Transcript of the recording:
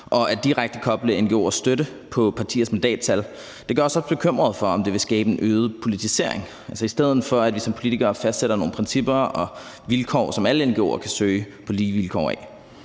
Og at koble ngo'ers støtte direkte på partiets mandattal gør os bekymrede for, om det vil skabe en øget politisering, altså i stedet for at vi som politikere fastsætter nogle principper og vilkår, som alle ngo'er kan søge ud fra på lige vilkår.